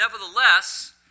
nevertheless